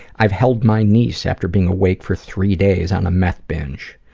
i've held my niece after being awake for three days on a meth binge.